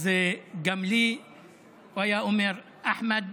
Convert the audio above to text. אז גם לי היה אומר: אחמד,